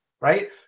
right